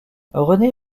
rené